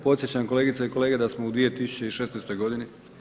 Podsjećam kolegice i kolege da smo u 2016. godini.